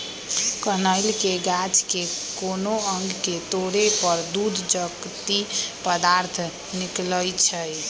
कनइल के गाछ के कोनो अङग के तोरे पर दूध जकति पदार्थ निकलइ छै